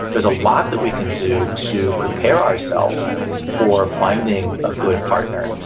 there's a lot that we can do to prepare ourselves for finding a good partner,